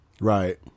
Right